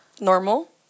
Normal